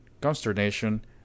consternation